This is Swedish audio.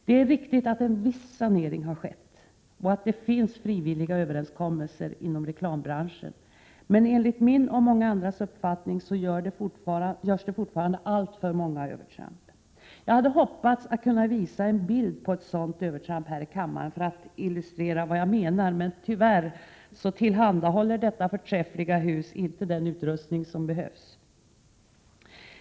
Det är riktigt att en viss sanering har skett och att det finns frivilliga överenskommelser inom reklambranschen. Men enligt min och många andras uppfattning görs det fortfarande alltför många övertramp. Jag hade hoppats att här i kammaren kunna visa en bild på ett sådant övertramp, för att illustrera vad jag menar, men tyvärr tillhandahåller detta förträffliga hus inte den utrustning som behövs.